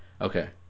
Okay